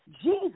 Jesus